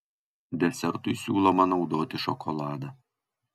desertui siūloma naudoti šokoladą